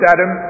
Adam